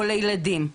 או לילדים,